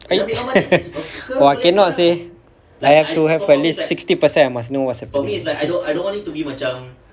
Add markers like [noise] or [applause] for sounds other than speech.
[laughs] oh I cannot say like I have to have at least sixty percent I must know what's happening